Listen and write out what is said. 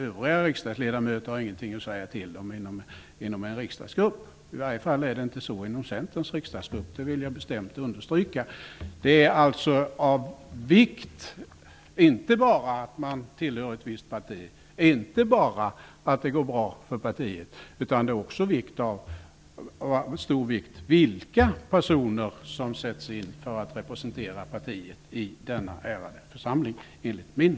Övriga riksdagsledamöter har ingenting att säga till om inom en riksdagsgrupp. Jag vill bestämt understryka att det i varje fall inte är så inom Det är alltså inte bara av vikt att man tillhör ett visst parti och att det går bra för partiet. Det är också av stor vikt vilka personer som sätts in för att representera partiet i denna enligt min mening ärade församling.